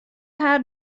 har